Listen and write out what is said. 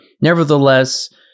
nevertheless